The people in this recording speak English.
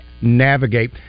navigate